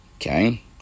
Okay